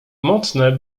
mocne